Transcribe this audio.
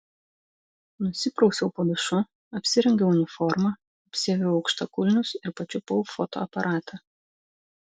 nusiprausiau po dušu apsirengiau uniformą apsiaviau aukštakulnius ir pačiupau fotoaparatą